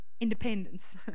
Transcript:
independence